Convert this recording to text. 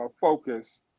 focus